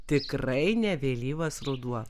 tikrai ne vėlyvas ruduo